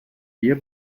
hier